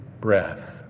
breath